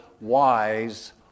wise